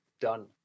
done